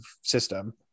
system